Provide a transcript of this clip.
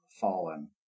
fallen